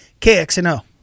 KXNO